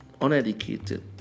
uneducated